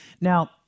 now